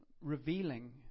revealing